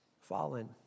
fallen